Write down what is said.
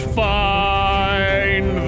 find